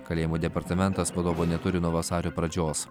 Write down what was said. kalėjimų departamentas vadovo neturi nuo vasario pradžios